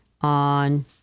on